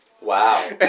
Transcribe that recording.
Wow